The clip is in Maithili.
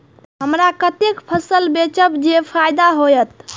हमरा कते फसल बेचब जे फायदा होयत?